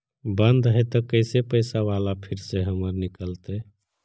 बन्द हैं त कैसे पैसा बाला फिर से हमर निकलतय?